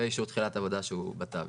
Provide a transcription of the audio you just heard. ואישור תחילת עבודה שהוא בתהליך.